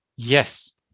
Yes